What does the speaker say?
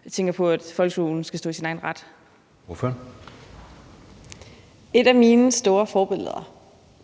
(Jeppe Søe): Ordføreren. Kl. 15:01 Lotte Rod (RV): Et af mine store forbilleder,